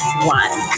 one